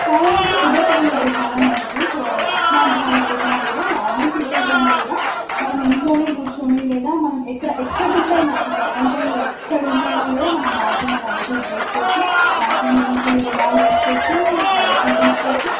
చాలా వరకు కుదరటం లేదు చాలా మందికి సో అలాంటి వాళ్ళ కోసము లేదా నార్మల్ పీపుల్కి అయినా కూడా మనం ఇంట్లోనే కూర్చొని లేదా మనం ఎక్కడ ఎక్కడ ఉండి అయినా ఈ ప్రపంచంలో ఎక్కడ ఉండి అయినా కూడా మనం బ్యాంకింగ్ పాలసీస్ చేసుకోవచ్చు బ్యాంకింగ్లో నుంచి రుణాలు తీసుకోవచ్చు పాలసీలు తీసుకోవచ్చు